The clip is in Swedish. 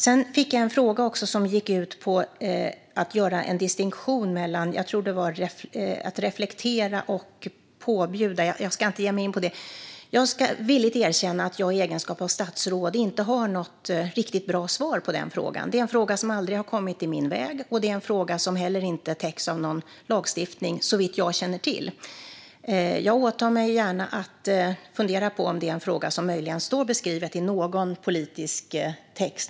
Jag fick också en fråga som gick ut på göra en distinktion mellan att reflektera och att påbjuda, tror jag att det var. Jag ska inte ge mig in på det. Jag ska villigt erkänna att jag i egenskap av statsråd inte har något riktigt bra svar på den frågan. Det är en fråga som aldrig har kommit i min väg, och det är en fråga som inte täcks av någon lagstiftning - såvitt jag känner till. Jag åtar mig gärna att fundera på om det möjligen är en fråga som står beskriven i någon politisk text.